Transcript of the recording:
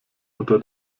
unter